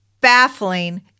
baffling